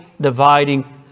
dividing